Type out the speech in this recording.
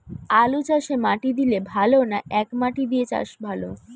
আলুচাষে মাটি দিলে ভালো না একমাটি দিয়ে চাষ ভালো?